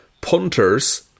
punters